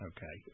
Okay